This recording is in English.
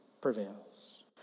prevails